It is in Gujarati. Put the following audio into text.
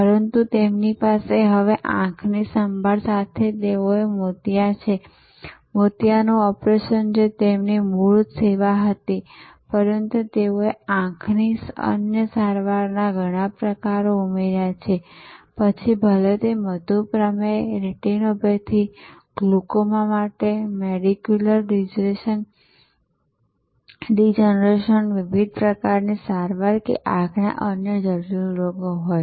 પરંતુ તેમની પાસે હવે આંખની સંભાળ સાથે તેઓને મોતિયા છે મોતિયાનું ઓપરેશન જે તેમની મૂળ સેવા હતી પરંતુ તેઓએ આંખની અન્ય સારવારના ઘણા પ્રકારો ઉમેર્યા છે પછી ભલે તે મધુપ્રમેહ રેટિનોપેથી ગ્લુકોમા માટે મેક્યુલર ડિજનરેશન વિવિધ પ્રકારની સારવાર કે આંખના અન્ય જટિલ રોગો હોય